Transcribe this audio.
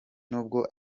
nubwo